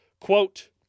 Quote